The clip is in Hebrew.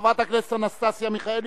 חברת הכנסת אנסטסיה מיכאלי,